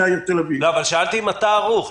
שאלתי אם אתה ערוך.